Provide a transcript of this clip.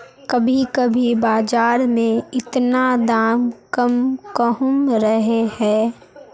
कभी कभी बाजार में इतना दाम कम कहुम रहे है?